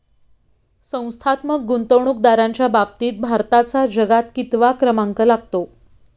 संस्थात्मक गुंतवणूकदारांच्या बाबतीत भारताचा जगात कितवा क्रमांक लागतो?